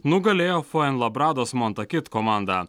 nugalėjo fuenlabrados montakit komandą